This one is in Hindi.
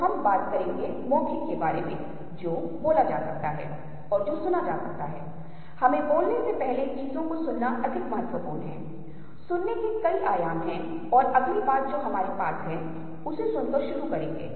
इसलिए पहले का उदाहरण वह था जहाँ उन चीजों को पूरा करने की प्रवृत्ति होती है जो अधूरी हैं इस उदाहरण में हम पाते हैं कि देखने के दो अलग अलग तरीके एक ही समय में मौजूद हो सकते हैं और संघर्ष पैदा कर सकते हैं इस प्रकार जो भ्रम के रूप में जाने जाते हैं उन्हें जन्म देते हैं